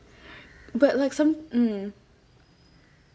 but like some mm